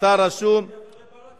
התור שלי אחרי ברכה,